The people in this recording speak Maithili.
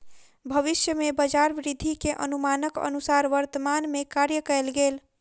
भविष्य में बजार वृद्धि के अनुमानक अनुसार वर्तमान में कार्य कएल गेल